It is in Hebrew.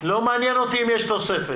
לא מעניין אותי אם יש תוספת,